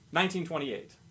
1928